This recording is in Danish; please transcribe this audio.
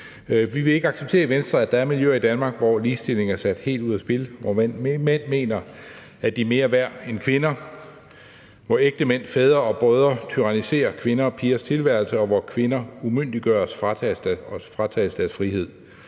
Vi vil i Venstre ikke acceptere, at der er miljøer i Danmark, hvor ligestilling er sat helt ud af spil – hvor mænd mener, at de er mere værd end kvinder; hvor ægtemænd, fædre og brødre tyranniserer kvinder og piger, og hvor kvinder umyndiggøres og fratages deres frihed.